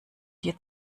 dir